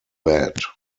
bed